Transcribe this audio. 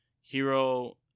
hero